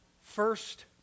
first